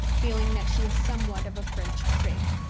feeling that she is somewhat of a french prig.